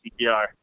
CPR